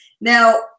Now